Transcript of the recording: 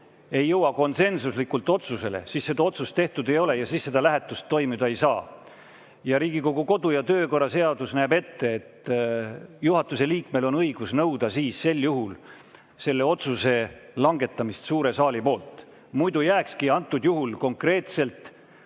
ei jõua konsensuslikult otsusele, siis seda otsust tehtud ei ole ja siis lähetust toimuda ei saa. Ja Riigikogu kodu- ja töökorra seadus näeb ette, et juhatuse liikmel on õigus nõuda sel juhul selle otsuse langetamist suures saalis. Muidu jääkski konkreetsel